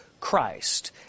Christ